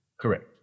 Correct